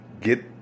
get